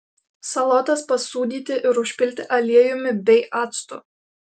salotas pasūdyti ir užpilti aliejumi bei actu